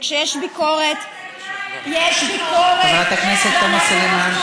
וכשיש ביקורת יש ביקורת, חברת הכנסת תומא סלימאן,